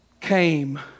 came